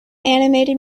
animated